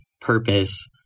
purpose